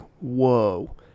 whoa